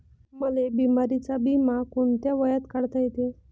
मले बिमारीचा बिमा कोंत्या वयात काढता येते?